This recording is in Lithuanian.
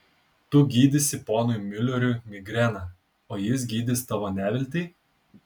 tu gydysi ponui miuleriui migreną o jis gydys tavo neviltį